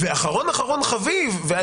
ואחרון אחרון חביב, על